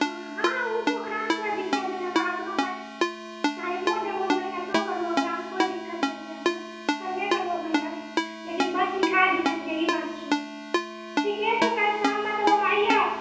हँ ओकरामे कोइ दिक्कत नइँ छै हमरा अपनो टाइमो देबौ मेहनतो करबौ ओकरामे कोइ दिक्कत नइँ छै हमर करबे करबौ मेहनत लेकिन बस सिखाय दिहें यही बात छौ ठीके छौ कल शाममे तब हम अइयौ